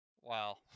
Wow